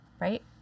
right